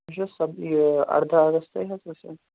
یہِ چھُ سب یہِ اَرداہ اَگَستےَ حظ ٲس یہِ